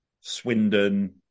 Swindon